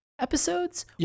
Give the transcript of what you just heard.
episodes